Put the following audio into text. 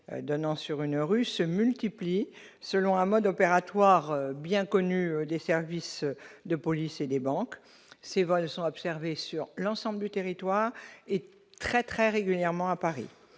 donnant sur une rue se multiplient selon un mode opératoire bien connu des services de police et des banques, ces vols sont observés sur l'ensemble du territoire et très très régulièrement à Paris,